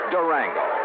Durango